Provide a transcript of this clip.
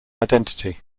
identity